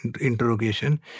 interrogation